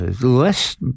less